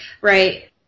Right